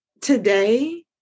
today